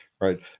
right